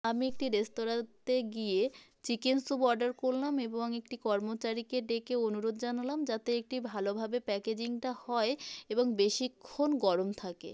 আমি একটি রেস্তোরাঁতে গিয়ে চিকেন স্যুপ অর্ডার করলাম এবং একটি কর্মচারীকে ডেকে অনুরোধ জানালাম যাতে এটি ভালোভাবে প্যাকেজিংটা হয় এবং বেশিক্ষণ গরম থাকে